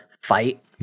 fight